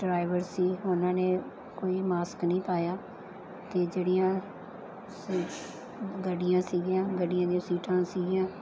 driver ਸੀ ਉਹਨਾਂ ਨੇ ਕੋਈ ਮਾਸਕ ਨਹੀਂ ਪਾਇਆ ਅਤੇ ਜਿਹੜੀਆਂ ਗੱਡੀਆਂ ਸੀਗੀਆਂ ਗੱਡੀਆਂ ਦੀਆਂ ਸੀਟਾਂ ਸੀਗੀਆਂ